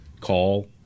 call